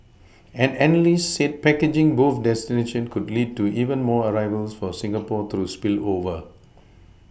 an analyst said packaging both destinations could lead to even more arrivals for Singapore through spillover